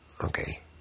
okay